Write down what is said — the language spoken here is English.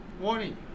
warning